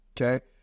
Okay